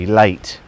late